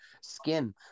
skin